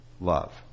love